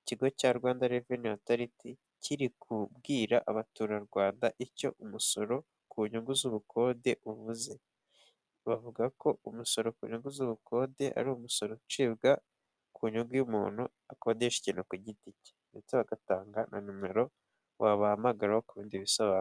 ikigo cya Rwanda Revenue Authority, kiri kubwira abaturarwanda icyo umusoro ku nyungu z'ubukode uvuze, bavuga ko umusoro kunyungu z'ubukode ari umusoro ucibwa, ku nyungu iyo umuntu akodesha ikintu ku giti cye, ndetse batanga na nimero wabahamagaraho ku bindi bisobanuro.